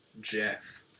Jeff